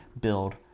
build